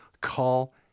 Call